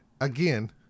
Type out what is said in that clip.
Again